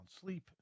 sleep